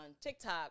tiktok